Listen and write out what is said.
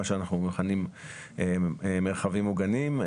מה שאנחנו מכנים מרחבים מוגנים,